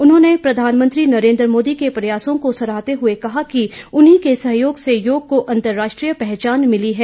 उन्होंने प्रधानमंत्री नरेंद्र मोदी के प्रयासों को सराहते हुए कहा कि उन्हीं के सहयोग से योग को अंतर्राष्ट्रीय पहचान मिली है